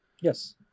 Yes